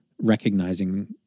recognizing